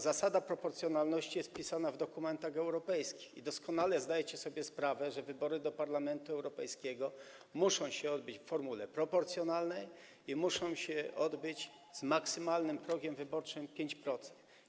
Zasada proporcjonalności jest zapisana w dokumentach europejskich i doskonale zdajecie sobie sprawę, że wybory do Parlamentu Europejskiego muszą się odbyć w formule proporcjonalnej i muszą się odbyć z maksymalnym progiem wyborczym 5%.